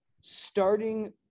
starting